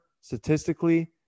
statistically